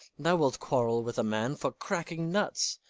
thou wilt quarrel with a man for cracking nuts,